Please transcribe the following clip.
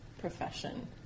profession